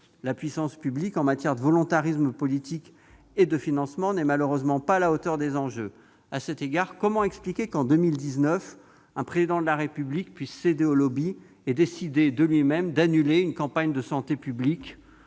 La puissance publique, en matière de volontarisme politique et de financements, n'est malheureusement pas à la hauteur des enjeux. À cet égard, comment expliquer qu'en 2019 un président de la République puisse céder aux et décider, de lui-même, d'annuler une campagne de santé publique